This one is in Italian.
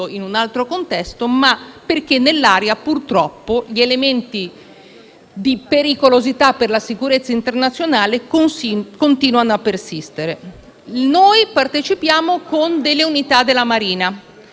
in un altro contesto, perché purtroppo nell'area gli elementi di pericolosità per la sicurezza internazionale continuano a persistere. Noi partecipiamo con delle unità della Marina